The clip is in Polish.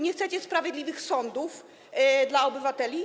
Nie chcecie sprawiedliwych sądów dla obywateli?